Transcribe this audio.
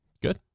Good